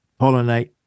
pollinate